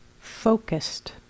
focused